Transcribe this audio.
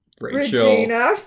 Regina